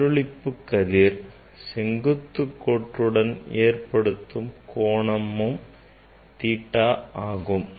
எதிரொளிப்பு கதிர் செங்குத்து கோட்டுடன் ஏற்படுத்தும் கோணமும் theta ஆகும்